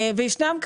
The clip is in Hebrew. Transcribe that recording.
וישנם,